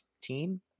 team